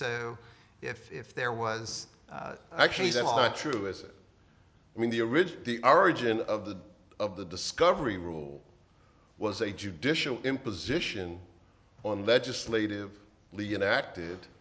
so if there was actually true is it i mean the original the origin of the of the discovery rule was a judicial imposition on legislative lead in active